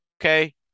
Okay